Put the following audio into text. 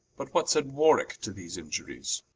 but what said warwicke to these iniuries?